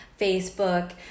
facebook